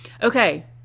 Okay